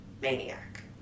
Maniac